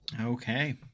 Okay